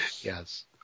Yes